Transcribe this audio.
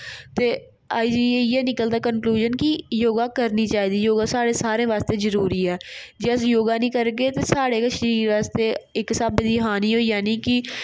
ते आई जाइयै इ'यै निकलदा कनक्लोजन कि योगा करना चाहिदी योगा साढ़े सारे बास्तै जरुरी ऐ जेकर अस योगा नेईं करगे ते साढ़े गै शरीर बास्तै इक स्हावै दी हानी होई जानी कि